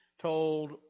told